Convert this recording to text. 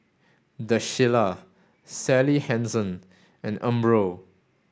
The Shilla Sally Hansen and Umbro